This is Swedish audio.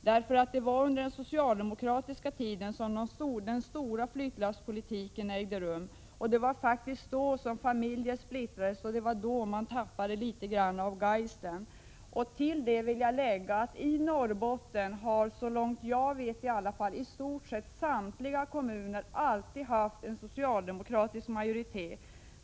Det var nämligen under den socialdemokratiska tiden som den mest intensiva flyttlasspolitiken drevs, då familjer splittrades och då norrbottningarna tappade litet av geisten. Till detta vill jag lägga att i stort sett samtliga kommuner i Norrbotten alltid haft en socialdemokratisk majoritet.